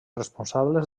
responsables